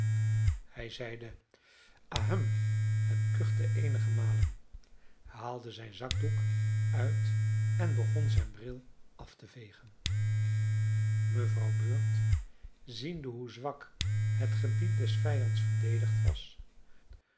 hij zeide ahem en kuchte eenige malen haalde zijn zakdoek uit en begon zijn bril af te vegen mevrouw bird ziende hoe zwak het gebied des vijands verdedigd was